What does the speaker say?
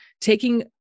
taking